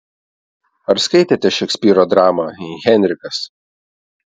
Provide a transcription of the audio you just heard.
ar skaitėte šekspyro dramą henrikas